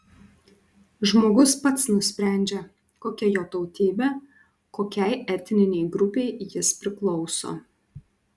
žmogus pats nusprendžia kokia jo tautybė kokiai etninei grupei jis priklauso